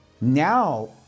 now